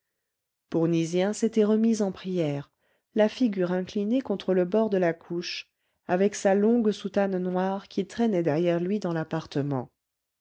bournisien s'était remis en prière la figure inclinée contre le bord de la couche avec sa longue soutane noire qui traînait derrière lui dans l'appartement